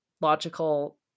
logical